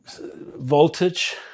voltage